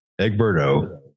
Egberto